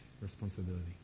responsibility